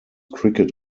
cricket